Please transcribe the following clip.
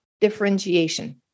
differentiation